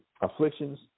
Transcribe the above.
afflictions